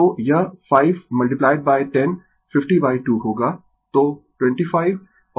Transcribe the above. तो यह 5 10 502 होगा तो 25 और 0oo 60 o